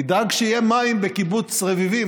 תדאג שיהיו מים בקיבוץ רביבים.